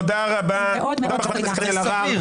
תודה חברת הכנסת קארין אלהרר.